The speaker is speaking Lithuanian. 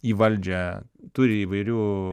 į valdžią turi įvairių